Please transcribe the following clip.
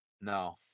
No